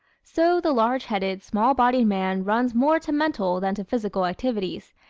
so, the large-headed, small-bodied man runs more to mental than to physical activities,